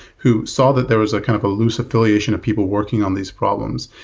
who saw that there was ah kind of a loose affiliation of people working on these problems.